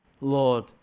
Lord